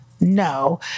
no